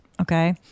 okay